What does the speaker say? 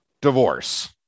divorce